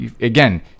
Again